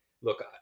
Look